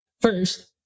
First